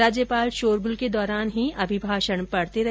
राज्यपाल शोरगुल के दौरान ही अभिभाषण पढते रहे